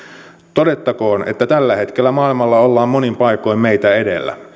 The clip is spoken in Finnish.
todettakoon että tällä hetkellä maailmalla ollaan monin paikoin meitä edellä